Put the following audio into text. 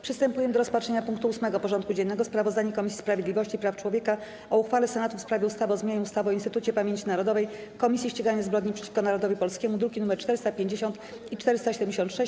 Przystępujemy do rozpatrzenia punktu 8. porządku dziennego: Sprawozdanie Komisji Sprawiedliwości i Praw Człowieka o uchwale Senatu w sprawie ustawy o zmianie ustawy o Instytucie Pamięci Narodowej - Komisji Ścigania Zbrodni przeciwko Narodowi Polskiemu (druki nr 450 i 476)